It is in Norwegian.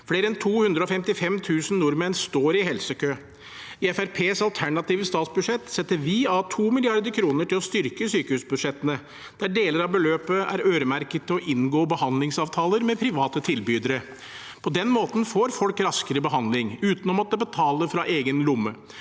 Flere enn 255 000 nordmenn står i helsekø. I Fremskrittspartiets alternative statsbudsjett setter vi av 2 mrd. kr til å styrke sykehusbudsjettene, der deler av beløpet er øremerket til å inngå behandlingsavtaler med private tilbydere. På den måten får folk raskere behandling, uten å måtte betale fra egen lomme.